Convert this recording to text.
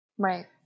Right